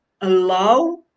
allow